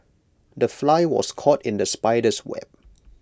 the fly was caught in the spider's web